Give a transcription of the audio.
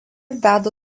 veda